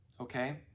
Okay